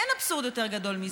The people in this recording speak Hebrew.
אין אבסורד יותר גדול מזה.